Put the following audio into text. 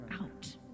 out